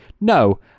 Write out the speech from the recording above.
no